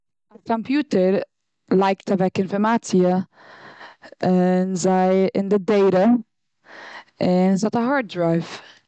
א קאמפיוטער לייגט אוועק אינפארמאציע, און זיי, די דאטא און ס'האט א הארד דרייוו.